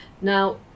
Now